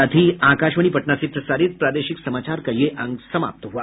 इसके साथ ही आकाशवाणी पटना से प्रसारित प्रादेशिक समाचार का ये अंक समाप्त हुआ